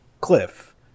Cliff